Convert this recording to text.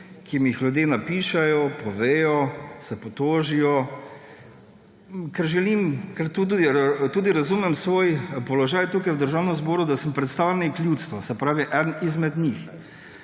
ki mi jih ljudje napišejo, povejo, se potožijo. Ker tudi razumem svoj položaj tukaj v Državnem zboru, da sem predstavnik ljudstva, se pravi eden izmed njih.